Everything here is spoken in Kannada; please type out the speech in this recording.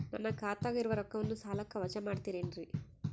ನನ್ನ ಖಾತಗ ಇರುವ ರೊಕ್ಕವನ್ನು ಸಾಲಕ್ಕ ವಜಾ ಮಾಡ್ತಿರೆನ್ರಿ?